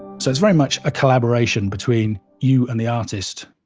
so it's very much a collaboration between you and the artist